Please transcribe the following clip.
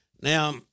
Now